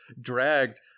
dragged